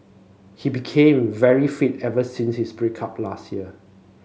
he became very fit ever since his break up last year